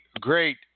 great